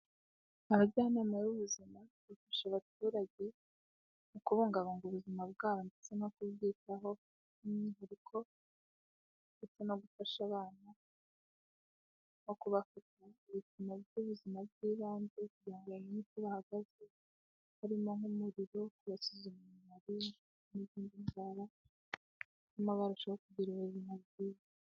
Abajyanama b'ubuzima bafasha abaturage mu kubungabunga ubuzima bwabo ndetse no kubyitaho by'umwihariko gufata no gufasha abana no kubafatirakana by'ubuzima bw'ibanze biganyeuko bahagaze harimo nk'umuriro, mulariya n'izindi nzira zituma barushaho kugira ibintu bikwiye.